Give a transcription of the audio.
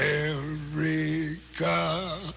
America